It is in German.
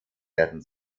werden